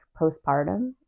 postpartum